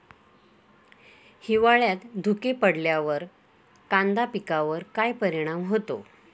हिवाळ्यात धुके पडल्यावर कांदा पिकावर काय परिणाम होतो?